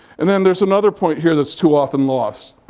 and then there's another point here that's too often lost.